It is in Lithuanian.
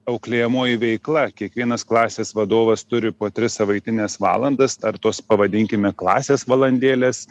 auklėjamoji veikla kiekvienas klasės vadovas turi po tris savaitines valandas ar tos pavadinkime klasės valandėlės